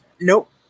Nope